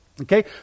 okay